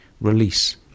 release